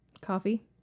Coffee